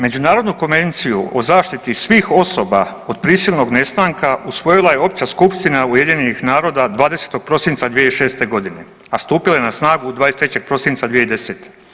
Međunarodnu konvenciju o zaštiti svih osoba od prisilnog nestanka usvojila je Opća skupština UN-a 20. prosinca 2006. godine, a stupila je na snagu 23. prosinca 2010.